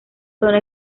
zona